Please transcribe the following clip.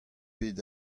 bet